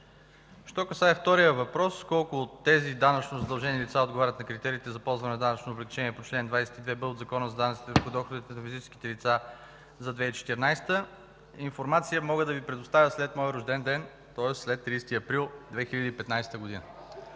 се касае до втория въпрос – колко от тези данъчно задължени лица отговарят на критериите за ползване на данъчно облекчение по чл. 22б от Закона за данъците върху доходите на физическите лица за 2014 г., информация мога да Ви предоставя след моя рожден ден, тоест след 30 април 2015 г.